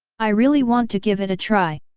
i really want to give it a try!